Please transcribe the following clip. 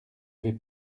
vais